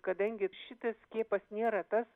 kadangi šitas skiepas nėra tas